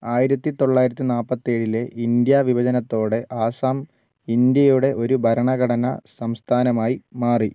ആയിരത്തി തൊള്ളായിരത്തി നാൽപ്പത്തി ഏഴിലെ ഇന്ത്യാവിഭജനത്തോടെ ആസാം ഇന്ത്യയുടെ ഒരു ഭരണഘടനാ സംസ്ഥാനമായി മാറി